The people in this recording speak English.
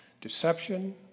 Deception